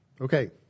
Okay